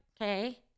Okay